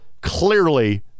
Clearly